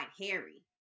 Harry